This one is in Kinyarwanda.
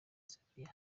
zambia